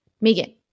Megan